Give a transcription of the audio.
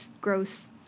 gross